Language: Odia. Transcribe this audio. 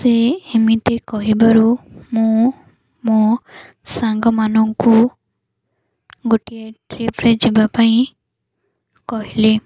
ସେ ଏମିତି କହିବାରୁ ମୁଁ ମୋ ସାଙ୍ଗମାନଙ୍କୁ ଗୋଟିଏ ଟ୍ରିପ୍ରେ ଯିବା ପାଇଁ କହିଲି